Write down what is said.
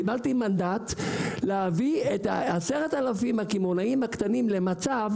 קיבלתי מנדט להביא את 10,000 הקמעונאים הקטנים למצב,